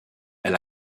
elle